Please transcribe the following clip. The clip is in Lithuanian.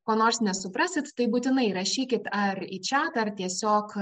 ko nors nesuprasit tai būtinai rašykit ar į čiatą ar tiesiog